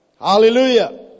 Hallelujah